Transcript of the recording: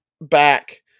back